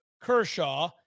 Kershaw